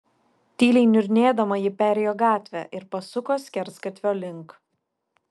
tyliai niurnėdama ji perėjo gatvę ir pasuko skersgatvio link